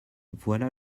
voilà